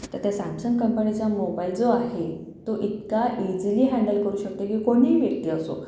तर त्या सॅमसंग कंपनीचा मोबाइल जो आहे तो इतका ईजिली हँडल करू शकतो की कोणीही व्यक्ती असो